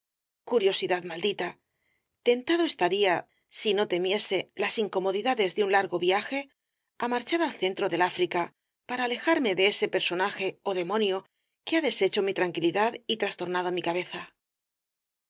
curiosidad maldita tentado estaría si no temiese las incomodidades de un largo viaje á marchar al centro del áfrica para alejarme de ese personaje ó demonio que ha deshecho mi tranquilidad y trastornado mi cabeza